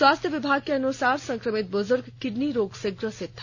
स्वास्थ्य विभाग के अनुसार संक्रमित बुजुर्ग किडनी रोग से ग्रसित था